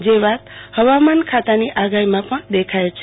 જે વાત હવામાન ખાતાની આગાહીમાં પણ દખાય છે